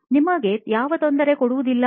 ನಿಮಗೆ ಯಾವ ತೊಂದರೆ ಕೊಡುವುದಿಲ್ಲ